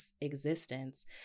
existence